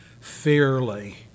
fairly